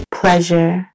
pleasure